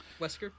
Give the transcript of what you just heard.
Wesker